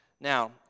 Now